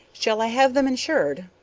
shall i have them insured?